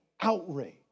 outrage